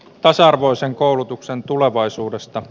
tasa arvoisen koulutuksen tulevaisuudesta